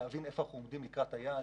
להבין איפה אנחנו עומדים מבחינת היעד.